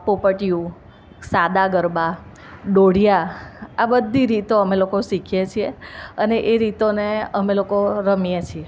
પોપટીયું સાદા ગરબા દોઢિયાં આ બધી રીતો અમે શીખીએ છીએ અને એ રીતોને અમે લોકો રમીએ છીએ